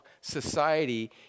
society